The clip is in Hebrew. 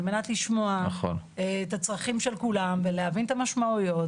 על מנת לשמוע את הצרכים של כולם ולהבין את המשמעויות